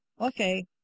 Okay